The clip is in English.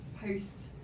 post